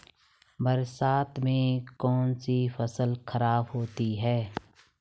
बरसात से कौन सी फसल खराब होती है?